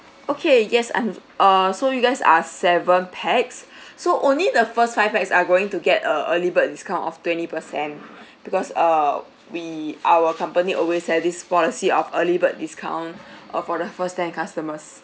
okay yes I'm err so you guys are seven pax so only the first five pax are going to get a early bird discount of twenty percent because err we our company always had this policy of early bird discount uh for the first ten customers